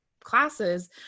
Classes